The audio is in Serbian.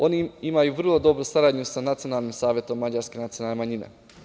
Oni imaju vrlo dobru saradnju sa Nacionalnim savetom mađarske nacionalne manjine.